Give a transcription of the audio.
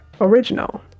original